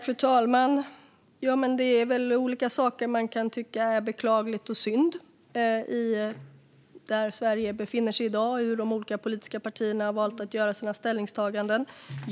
Fru talman! Det är väl olika saker man kan tycka är beklagligt och synd i det läge Sverige i dag befinner sig i och i hur de olika politiska partierna har valt att göra sina ställningstaganden.